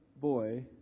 boy